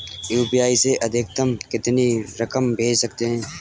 UPI से अधिकतम कितनी रकम भेज सकते हैं?